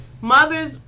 mothers